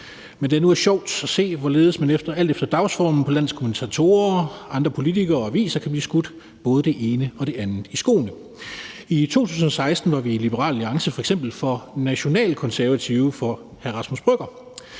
Det er nu sjovt at se, hvorledes man alt efter dagsformen på landets kommentatorer, andre politikere og aviser kan blive skudt både det ene og det andet i skoene. I 2016 var vi i Liberal Alliance f.eks. for nationalkonservative for hr. Rasmus Brøgger,